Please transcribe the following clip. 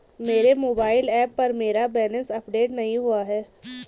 मेरे mobile app पर मेरा बैलेंस अपडेट नहीं हुआ है